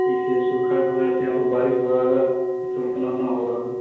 अय चीज के खर्च भऽ जेतै यहाँ पर वारिस हो रहलऽ ओतना ना हो रहलै